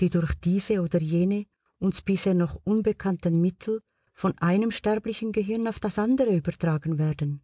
die durch diese oder jene uns bisher noch unbekannten mittel von einem sterblichen gehirn auf das andere übertragen werden